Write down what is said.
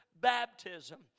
baptism